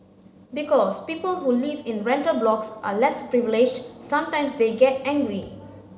because people who live in rental blocks are less privileged sometimes they get angry